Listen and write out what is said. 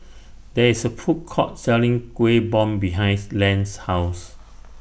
There IS A Food Court Selling Kueh Bom behind Len's House